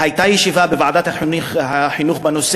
והייתה ישיבה בוועדת החינוך בנושא,